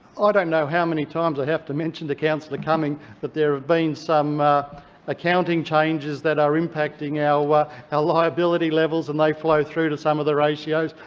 ah don't know how many times i have to mention to councillor cumming that there have been some accounting changes that are impacting our ah liability levels, and they flow through to some of the ratios.